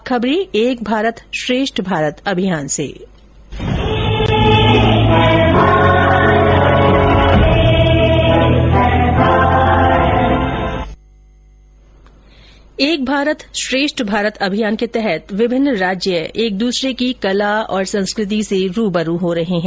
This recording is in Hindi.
अब खबरें एक भारत श्रेष्ठ भारत अभियान की एक भारत श्रेष्ठ भारत अभियान के तहत विभिन्न राज्य एक दूसरे की कला संस्कृति से रूबरू हो रहे है